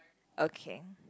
okay